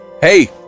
hey